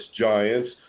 Giants